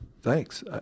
thanks